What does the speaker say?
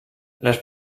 les